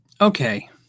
okay